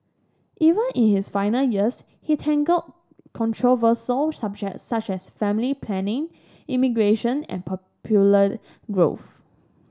even in his final years he tackled controversial subjects such as family planning immigration and popular growth